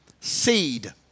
Seed